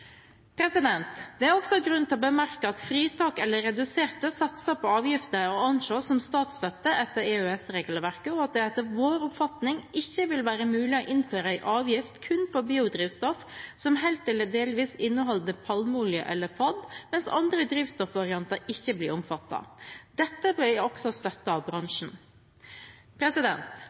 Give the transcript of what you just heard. Det er også grunn til å bemerke at fritak eller reduserte satser på avgifter er å anse som statsstøtte etter EØS-regelverket, og at det etter vår oppfatning ikke vil være mulig å innføre en avgift kun for biodrivstoff som helt eller delvis inneholder palmeolje eller PFAD, mens andre drivstoffvarianter ikke blir omfattet. Dette blir også støttet av bransjen.